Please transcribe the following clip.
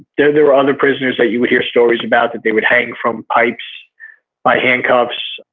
there there were other prisoners that you would hear stories about, that they would hang from pipes by handcuffs.